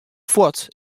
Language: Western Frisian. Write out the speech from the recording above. fuort